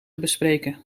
bespreken